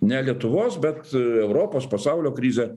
ne lietuvos bet europos pasaulio krizę